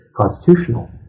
constitutional